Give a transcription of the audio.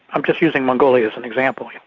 i'm just using mongolia as an example. yeah